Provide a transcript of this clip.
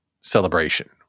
celebration